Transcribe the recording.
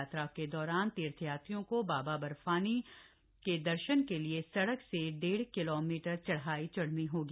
यात्रा के दौरान तीर्थयात्रियों को बाबा बर्फानी के दर्शन के लिए सड़क से डेढ़ किलोमीटर चढ़ाई चढ़नी होगी